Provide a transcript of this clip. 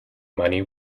money